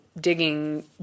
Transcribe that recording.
digging